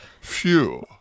Phew